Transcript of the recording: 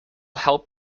help